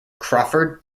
crawford